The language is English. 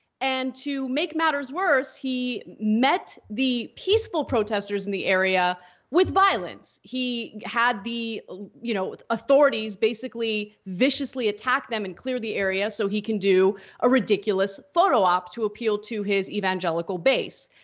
and to make matters worse, he met the peaceful protesters in the area with violence. he had the you know authorities basically viciously attack them and clear the area so he can do a ridiculous photo op to appeal to his evangelical base.